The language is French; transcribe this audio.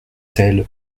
telle